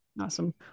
Awesome